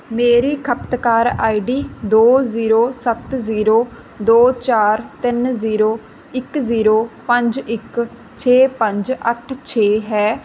ਮੇਰੀ ਖਪਤਕਾਰ I D ਦੋ ਜ਼ੀਰੋ ਸੱਤ ਜ਼ੀਰੋ ਦੋ ਚਾਰ ਤਿੰਨ ਜ਼ੀਰੋ ਇੱਕ ਜ਼ੀਰੋ ਪੰਜ ਇੱਕ ਛੇ ਪੰਜ ਅੱਠ ਛੇ ਹੈ